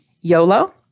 YOLO